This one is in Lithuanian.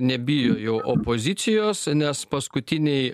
nebijo jau opozicijos nes paskutiniai